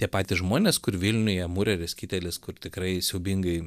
tie patys žmonės kur vilniuje mureris kitelis kur tikrai siaubingai